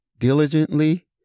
Diligently